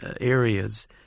areas